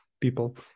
people